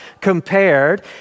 compared